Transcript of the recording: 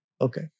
Okay